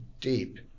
deep